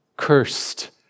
cursed